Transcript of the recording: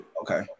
Okay